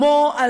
כמו,